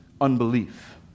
unbelief